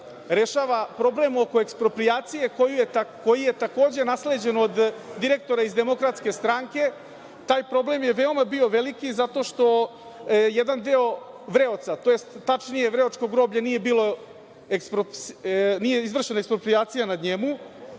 rešava problem oko eksproprijacije koji je takođe nasleđen od direktora iz DS. Taj problem je veoma bio veliki zato što jedan deo Vreoca, tj. tačnije za Vreočko groblje nije izvršena eksproprijacija i nije